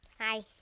Hi